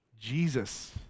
Jesus